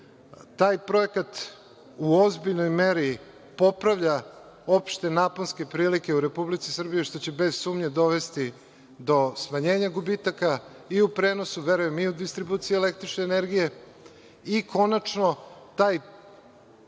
Taj projekat u ozbiljnoj meri popravlja opšte naponske prilike u Republici Srbiji, što će bez sumnje dovesti do smanjenja gubitaka i u prenosu, a verujem i u distribuciji električne energije. Konačno, taj čitav projekat